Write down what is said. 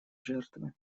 жертвы